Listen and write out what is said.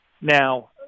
Now